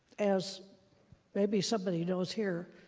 as maybe somebody who knows here,